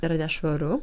yra nešvaru